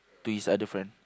to his other friend